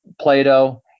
Plato